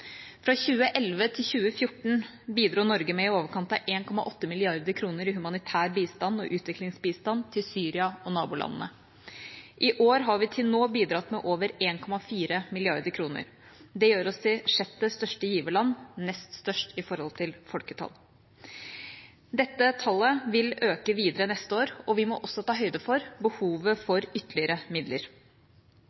Fra 2011 til 2014 bidro Norge med i overkant av 1,8 mrd. kr i humanitær bistand og utviklingsbistand til Syria og nabolandene. I år har vi til nå bidratt med over 1,4 mrd. kr. Det gjør oss til sjette største giverland, nest størst i forhold til folketallet. Dette tallet vil øke videre neste år, og vi må også ta høyde for behovet for ytterligere midler.